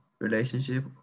relationship